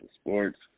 sports